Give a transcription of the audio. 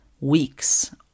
weeks